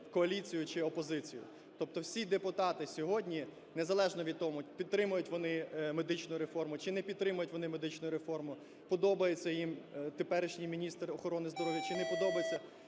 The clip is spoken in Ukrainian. коаліцію чи опозицію. Тобто всі депутати сьогодні, незалежно від того, підтримують вони медичну реформу чи не підтримують вони медичну реформу, подобається їм теперішній міністр охорони здоров'я чи не подобається,